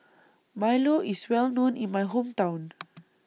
Milo IS Well known in My Hometown